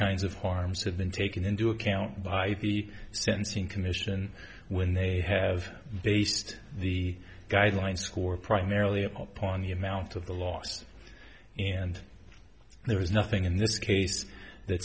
kinds of harms have been taken into account by the sentencing commission when they have based the guidelines for primarily upon the amount of the loss and there is nothing in this case that